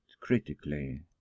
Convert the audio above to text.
critically